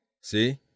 See